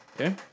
Okay